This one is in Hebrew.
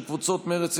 של קבוצות מרצ,